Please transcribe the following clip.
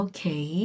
Okay